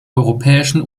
europäischen